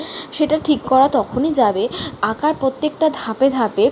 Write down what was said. সেটা ঠিক করা তখনই যাবে আঁকার প্রত্যেকটা ধাপে ধাপে